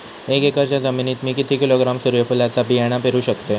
एक एकरच्या जमिनीत मी किती किलोग्रॅम सूर्यफुलचा बियाणा पेरु शकतय?